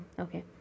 Okay